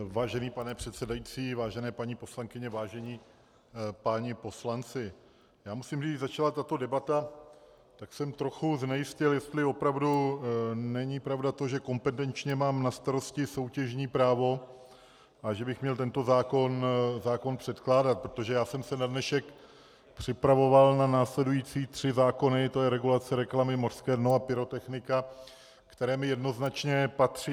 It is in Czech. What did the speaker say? Vážený pane předsedající, vážené paní poslankyně, vážení páni poslanci, musím říct, že když začala tato debata, tak jsem trochu znejistěl, jestli opravdu není pravda to, že kompetenčně mám na starosti soutěžní právo a že bych měl tento zákon předkládat, protože já jsem se na dnešek připravoval na následující tři zákony, tj. regulace reklamy, mořské dno a pyrotechnika, které mi jednoznačně patří.